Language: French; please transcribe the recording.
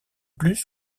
plus